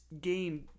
game